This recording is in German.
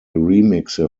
remixe